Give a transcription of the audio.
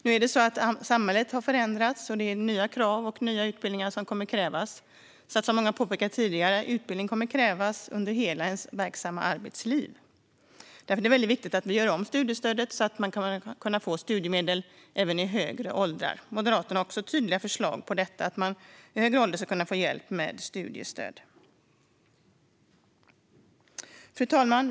Nu har samhället förändrats. Nya krav och nya utbildningar kommer att krävas. Som många har påpekat tidigare kommer utbildning att krävas under hela ens verksamma arbetsliv. Därför är det viktigt att vi gör om studiestödet så att man kan få studiemedel även i högre åldrar. Moderaterna har också tydliga förslag för att man i högre ålder ska kunna få hjälp med studiestöd. Fru talman!